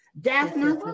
Daphne